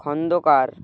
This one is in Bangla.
খন্দকার